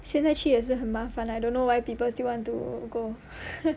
现在去也是很麻烦 I don't know why people still want to go